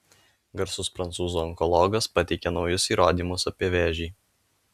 garsus prancūzų onkologas pateikia naujus įrodymus apie vėžį